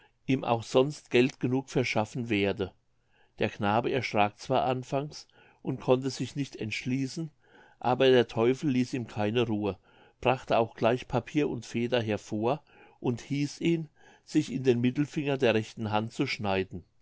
ihm auch sonst geld genug verschaffen werde der knabe erschrak zwar anfangs und konnte sich nicht entschließen aber der teufel ließ ihm keine ruhe brachte auch gleich papier und feder hervor und hieß ihm sich in den mittelfinger der rechten hand zu schneiden